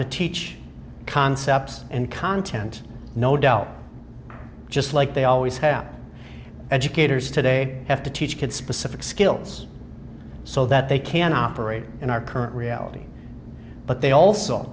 to teach concepts and content no doubt just like they always have educators today have to teach kids specific skills so that they can operate in our current reality but they also